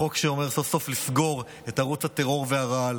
חוק שאומר, סוף-סוף לסגור את ערוץ הטרור והרעל,